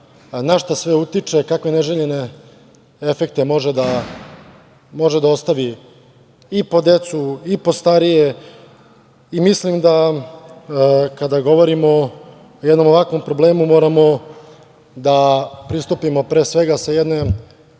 na šta sve utiče, kakve neželjene efekte može da ostavi i po decu i po starije. Mislim da kada govorimo o jednom ovakvom problemu moramo da pristupimo pre svega sa jedne